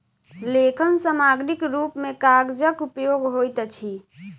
लेखन सामग्रीक रूप मे कागजक उपयोग होइत अछि